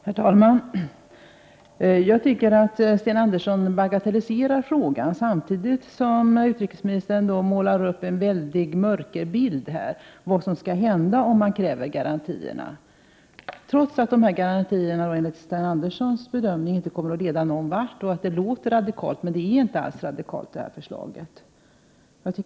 Herr talman! Jag tycker att utrikesminister Sten Andersson bagatelliserar frågan, samtidigt som han målar upp en väldigt mörk bild av vad som skulle hända om man krävde garantier — trots att dessa garantier enligt hans egen bedömning inte kommer att leda någonstans. Förslaget låter radikalt, men det är det inte. Jag tycker inte att resonemanget går riktigt ihop. Prot.